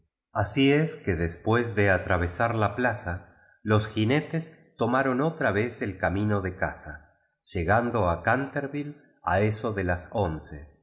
así es que después de atravesar la plaza los jinetes tomaron otra vez el camino de casa llegando a cnnterville a eso de laonce